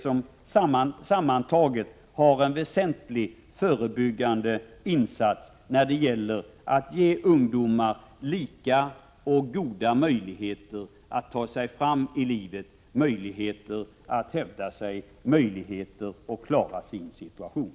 Sammantaget är detta en väsentlig förebyggande insats när det gäller att ge ungdomar lika och goda möjligheter att ta sig fram i livet, att hävda sig och klara sin situation.